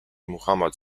mohammad